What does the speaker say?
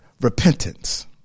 repentance